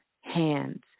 hands